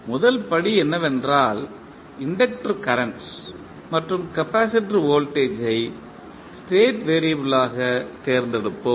முதல் படி என்னவென்றால் இன்டக்டர் கரண்ட் மற்றும் கெபாசிடர் வோல்டேஜ் ஐ ஸ்டேட் வெறியபிளாக தேர்ந்தெடுப்போம்